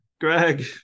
Greg